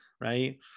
right